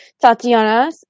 Tatiana